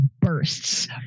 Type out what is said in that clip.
bursts